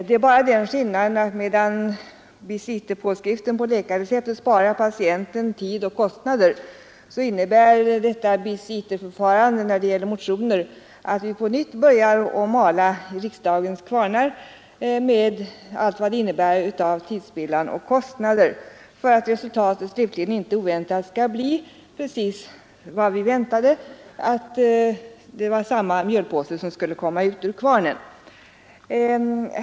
Det är bara den skillnaden att medan bis iter-påskriften på läkarreceptet sparar patienten tid och kostnader, innebär detta bis iter-förfarande när det gäller motioner att vi på nytt börjar mala i riksdagens kvarnar med allt vad det innebär av tidsspillan och kostnader för att resultatet slutligen, inte oväntat, skall bli precis vad vi förutsåg: att det var samma mjölpåse som skulle komma ut ur kvarnen.